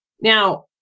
Now